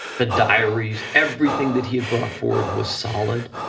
the diaries, everything that he had brought forward was solid,